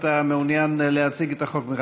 אתה מעוניין להציג את החוק?